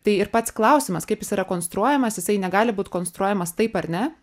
tai ir pats klausimas kaip jis yra konstruojamas jisai negali būti konstruojamas taip ar ne